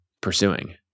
pursuing